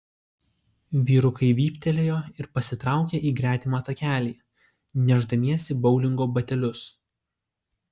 vyrukai vyptelėjo ir pasitraukė į gretimą takelį nešdamiesi boulingo batelius